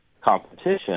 competition